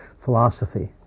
philosophy